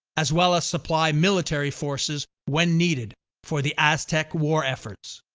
as well as supply military forces when needed for the aztec war efforts.